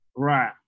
Right